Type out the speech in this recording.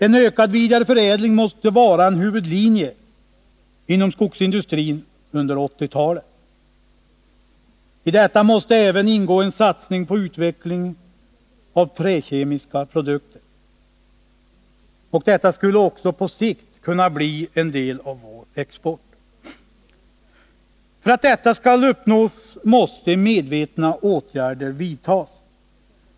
En ökad vidareförädling måste vara en huvudlinje inom skogsindustrin under 1980-talet. I detta måste även ingå en satsning på utvecklingen av träkemiska produkter. Dessa skulle på sikt kunna bli en del av vår export. För att detta skall uppnås måste medvetna åtgärder vidtas.